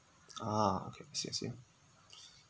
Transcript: ah I see I see